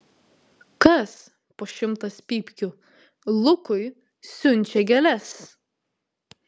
kas po šimtas pypkių lukui siunčia gėles